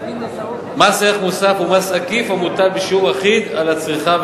מס ערך מוסף הוא מס עקיף המוטל בשיעור אחיד על הצריכה,